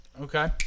Okay